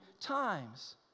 times